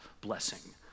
blessing